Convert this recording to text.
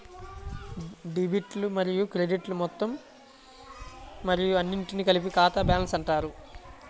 డెబిట్లు మరియు క్రెడిట్లు మొత్తం మరియు అన్నింటినీ కలిపి ఖాతా బ్యాలెన్స్ అంటారు